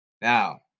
Now